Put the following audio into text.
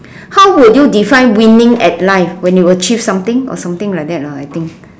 how would you define winning at life when you achieve something or something like that lah I think